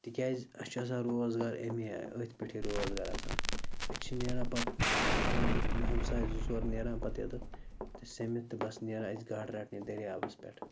تِکیٛازِ اَسہِ چھِ آسان روزگار اَمی أتھۍ پٮ۪ٹھٕے روزگار آسان أسۍ چھِ نیران پَتہٕ پاں ہَمساے زٕ ژور نیران پَتہٕ یوٚتَتھ تہٕ سٔمِتھ تہٕ بَس نیران ٲسۍ گاڈٕ رَٹنہِ دٔریابَس پٮ۪ٹھ